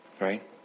right